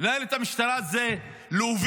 לנהל את המשטרה זה להוביל,